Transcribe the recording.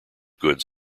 goods